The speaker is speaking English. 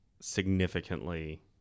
significantly